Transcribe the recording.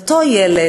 את אותו ילד,